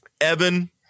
Evan